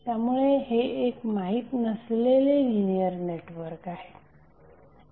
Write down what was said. त्यामुळे हे एक माहित नसलेले लिनियर नेटवर्क आहे